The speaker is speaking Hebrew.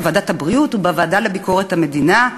בוועדת הבריאות ובוועדה לענייני ביקורת המדינה,